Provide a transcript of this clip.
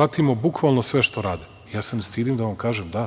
Pratimo bukvalno sve što rade. Ja se ne stidim da vam kažem, da,